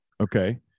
Okay